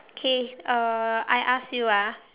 okay uh I ask you ah